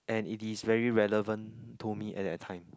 and it is very relevant to me at that time